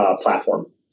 platform